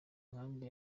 nkambi